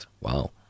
wow